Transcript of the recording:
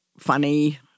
funny